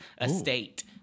estate